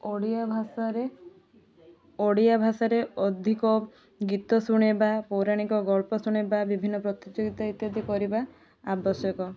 ଓଡ଼ିଆ ଭାଷାରେ ଓଡ଼ିଆ ଭାଷାରେ ଅଧିକ ଗୀତ ଶୁଣେଇବା ପୌରାଣିକ ଗଳ୍ପ ଶୁଣେଇବା ବିଭିନ୍ନ ପ୍ରତିଯୋଗିତା ଇତ୍ୟାଦି କରିବା ଆବଶ୍ୟକ